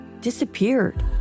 disappeared